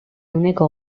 ehuneko